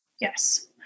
Yes